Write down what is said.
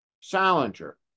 Salinger